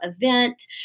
event